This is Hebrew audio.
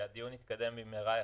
שהדיון יתקיים במהרה יחסית.